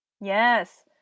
Yes